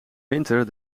winter